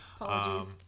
Apologies